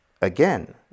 Again